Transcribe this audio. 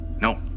No